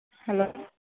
hello